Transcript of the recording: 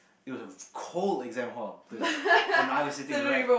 it was of cold exam hall too and I was sitting right